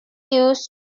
used